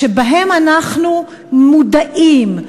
שבהם אנחנו מודעים,